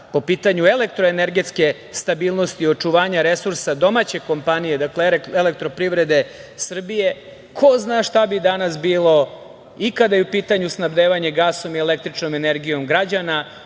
po pitanju elektro-energetske stabilnosti očuvanja resursa domaće kompanije, dakle, EPS, ko zna šta bi danas bilo i kada je u pitanju snabdevanje gasom i električnom energijom građana,